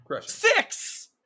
six